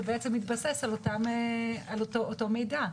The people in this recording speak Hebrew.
שבעצם מתבסס על אותו מידע.